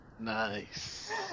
Nice